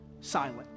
silent